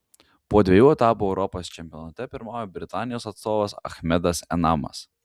po dviejų etapų europos čempionate pirmauja britanijos atstovas achmedas enamas